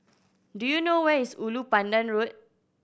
do you know where is Ulu Pandan Road